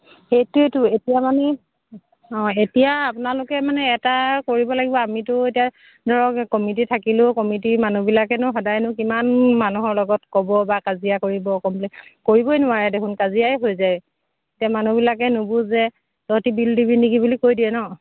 সেইটোৱেইটো এতিয়া আমি অঁ এতিয়া আপোনালোকে মানে এটা কৰিব লাগিব আমিতো এতিয়া ধৰক কমিটি থাকিলেও কমিটি মানুহবিলাকেনো সদায়নো কিমান মানুহৰ লগত ক'ব বা কাজিয়া কৰিব বুলি কৰিবই নোৱাৰে দেখোন কাজিয়াই হৈ যায় এতিয়া মানুহবিলাকে নুবুজে তহঁতি বিল দিবি নেকি বুলি কৈ দিয়ে ন